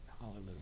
Hallelujah